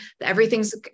everything's